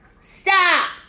Stop